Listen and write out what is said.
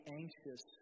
anxious